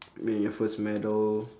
I mean your first medal